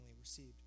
received